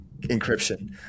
encryption